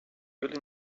really